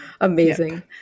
amazing